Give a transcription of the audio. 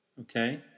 Okay